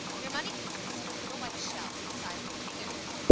their money consisted of little white shells, the size of the finger nail.